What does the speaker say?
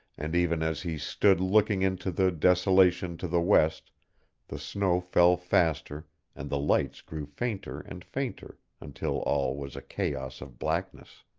and even as he stood looking into the desolation to the west the snow fell faster and the lights grew fainter and fainter until all was a chaos of blackness.